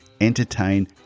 entertain